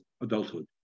adulthood